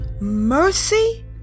mercy